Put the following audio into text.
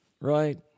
right